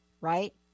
right